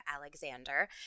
Alexander